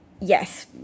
yes